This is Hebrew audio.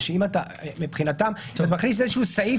זה שמבחינתם אם מכניסים איזשהו סעיף